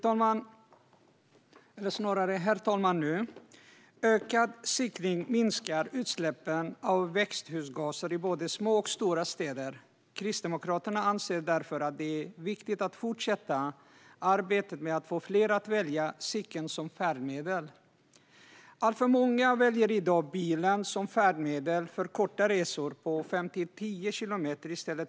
Herr talman! Ökad cykling minskar utsläppen av växthusgaser i både små och stora städer. Kristdemokraterna anser därför att det är viktigt att fortsätta arbetet med att få fler att välja cykeln som färdmedel. Alltför många väljer i dag bilen i stället för cykeln som färdmedel för korta resor på 5-10 kilometer.